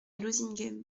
lozinghem